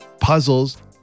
puzzles